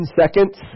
seconds